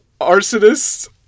arsonist